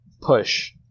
push